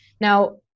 Now